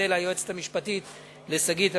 ליועצת המשפטית שגית אפיק,